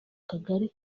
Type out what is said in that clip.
kagari